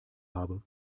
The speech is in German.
habe